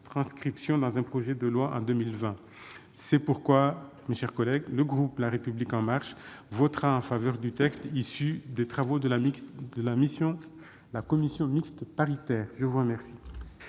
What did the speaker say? dans un projet de loi en 2020. C'est pourquoi le groupe La République En Marche votera en faveur du texte issu des travaux de la commission mixte paritaire. La parole